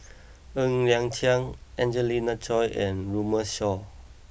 Ng Liang Chiang Angelina Choy and Runme Shaw